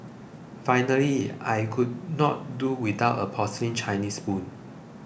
finally I could not do without a porcelain Chinese spoon